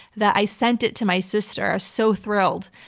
that i sent it to my sister so thrilled,